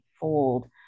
fold